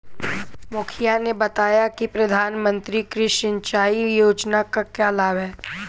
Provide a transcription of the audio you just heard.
मुखिया ने बताया कि प्रधानमंत्री कृषि सिंचाई योजना का क्या लाभ है?